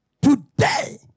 today